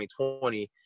2020